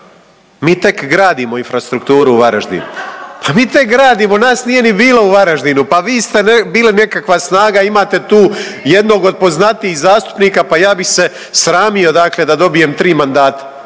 mi tek gradimo infrastrukturu u Varaždinu, pa mi tek gradimo, nas nije ni bilo u Varaždinu, pa vi ste bili nekakva snaga, imate tu jednog od poznatijih zastupnika, pa ja bih se sramio dakle da dobijem tri mandata